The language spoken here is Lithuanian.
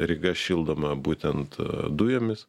ryga šildoma būtent dujomis